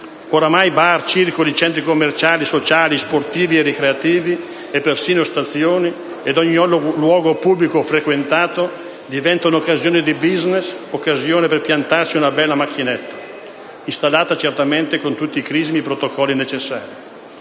Oramai bar, circoli, centri commerciali, sociali, sportivi e ricreati, persino stazioni ed ogni luogo pubblico frequentata diventano occasione di *business*, occasione per piantarci una bella macchinetta (installata sicuramente con tutti i crismi e i protocolli necessari).